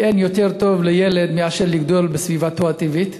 כי אין יותר טוב לילד מאשר לגדול בסביבתו הטבעית.